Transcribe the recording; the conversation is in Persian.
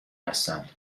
هستند